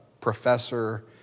professor